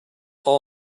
all